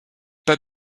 pas